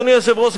אדוני היושב-ראש,